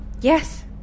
Yes